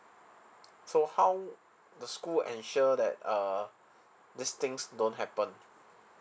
so how the school ensure that err this things don't happen